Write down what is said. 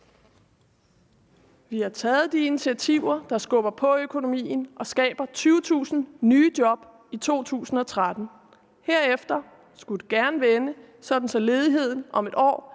Vi har taget de initiativer, der skubber på økonomien og skaber 20.000 nye job i 2013. Herefter skulle det gerne vende, sådan at ledigheden om et år